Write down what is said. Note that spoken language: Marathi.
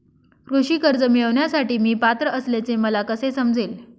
कृषी कर्ज मिळविण्यासाठी मी पात्र असल्याचे मला कसे समजेल?